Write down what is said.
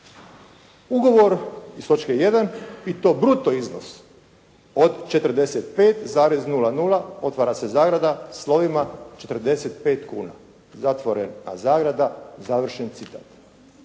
ugovor iz točke 1. i to bruto iznos od 45,00 otvara se zagrada slovima četrdeset pet kuna zatvorena zagrada završen citat.